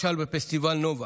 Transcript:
בפסטיבל נובה,